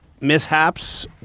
mishaps